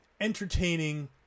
entertaining